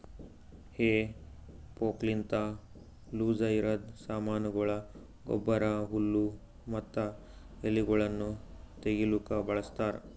ಹೇ ಫೋರ್ಕ್ಲಿಂತ ಲೂಸಇರದ್ ಸಾಮಾನಗೊಳ, ಗೊಬ್ಬರ, ಹುಲ್ಲು ಮತ್ತ ಎಲಿಗೊಳನ್ನು ತೆಗಿಲುಕ ಬಳಸ್ತಾರ್